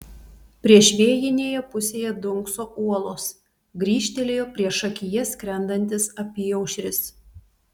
priešvėjinėje pusėje dunkso uolos grįžtelėjo priešakyje skrendantis apyaušris